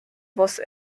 was